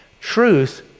Truth